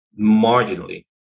marginally